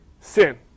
sin